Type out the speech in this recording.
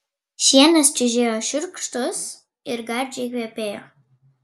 šienas čiužėjo šiurkštus ir gardžiai kvepėjo